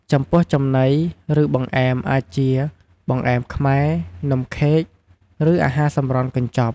ចំពោះចំណី ឬ បង្អែមអាចជា បង្អែមខ្មែរ នំខេក ឬ អាហារសម្រន់កញ្ចប់។